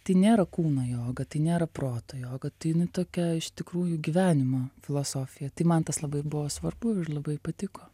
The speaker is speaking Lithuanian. tai nėra kūno joga tai nėra proto joga tai tokia iš tikrųjų gyvenimo filosofija tai man tas labai buvo svarbu ir labai patiko